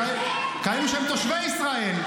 לכאלה שהם תושבי ישראל.